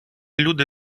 люди